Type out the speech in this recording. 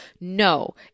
no